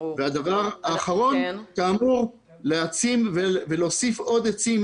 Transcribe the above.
הדבר האחרון, להעצים ולהוסיף עוד עצים.